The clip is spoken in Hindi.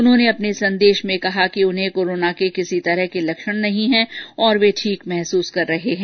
उन्होंने अपने संदेश में कहा कि उन्हें कोरोना के किसी भी तरह के लक्षण नहीं है और वह ठीक महसूस कर रहे है